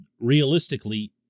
realistically